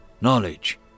Knowledge